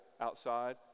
outside